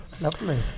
lovely